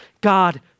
God